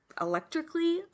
electrically